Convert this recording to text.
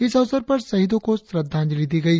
इस अवसर पर शहीदों को श्रद्वांजलि दी गई